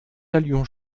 allions